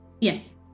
Yes